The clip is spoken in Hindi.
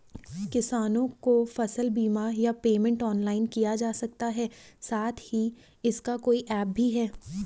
किसानों को फसल बीमा या पेमेंट ऑनलाइन किया जा सकता है साथ ही इसका कोई ऐप भी है?